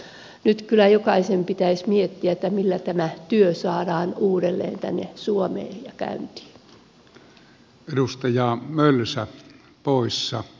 mutta nyt kyllä jokaisen pitäisi miettiä millä tämä työ saadaan uudelleen tänne suomeen ja käyntiin